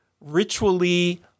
ritually